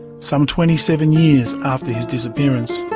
some twenty seven years after his disappearance.